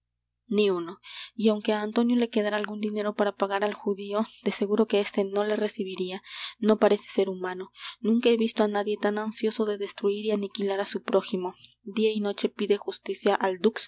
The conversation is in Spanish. ni uno y aunque á antonio le quedara algun dinero para pagar al judío de seguro que este no le recibiria no parece sér humano nunca he visto á nadie tan ansioso de destruir y aniquilar á su prójimo dia y noche pide justicia al dux